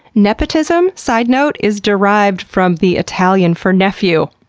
nepotism, side note, is derived from the italian for nephew.